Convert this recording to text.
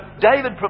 David